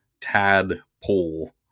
Tadpole